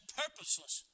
purposeless